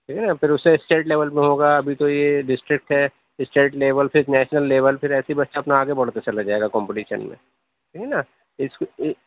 ہے پھر اُس سے اسٹیٹ لیول میں ہوگا ابھی تو یہ ڈسٹرکٹ ہے اسٹیٹ لیول پھر نیشنل لیول پھر ایسے بچہ اپنا آگے بڑھتا چلا جائے گا کمپٹیشن میں ٹھیک ہے نہ اِس